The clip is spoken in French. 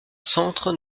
centre